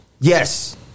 Yes